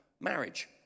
Marriage